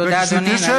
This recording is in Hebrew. תודה, אדוני.